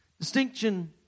Distinction